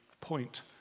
point